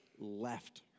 left